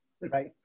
Right